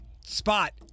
spot